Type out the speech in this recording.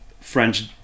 French